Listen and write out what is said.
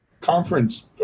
conference